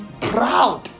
proud